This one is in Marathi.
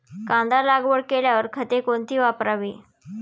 कांदा लागवड केल्यावर खते कोणती वापरावी?